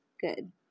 Good